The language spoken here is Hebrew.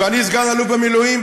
אני סגן-אלוף במילואים,